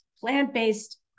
plant-based